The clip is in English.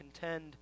contend